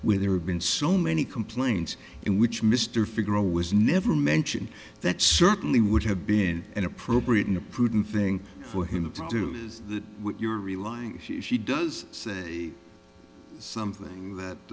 where there have been so many complaints in which mr figaro was never mentioned that certainly would have been an appropriate in a prudent thing for him to do is that what you're relying she does say something that